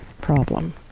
problem